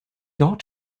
dort